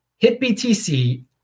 HitBTC